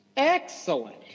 Excellent